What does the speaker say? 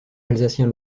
alsacien